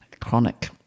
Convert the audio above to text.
chronic